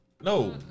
No